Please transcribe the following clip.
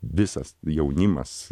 visas jaunimas